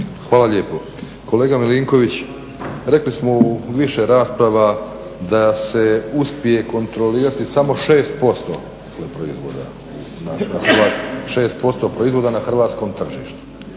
Hvala lijepo. Kolega Milinković, rekli smo u više rasprava da se uspije kontrolirati samo 6% proizvoda na hrvatskom tržištu.